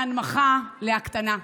להנמכה, להקטנה.